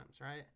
right